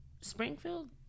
Springfield